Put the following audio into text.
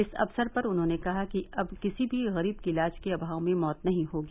इस अवसर पर उन्होंने कहा कि अब किसी भी गरीब की इलाज के अमाव में मौत नही होगी